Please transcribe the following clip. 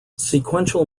sequential